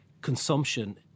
consumption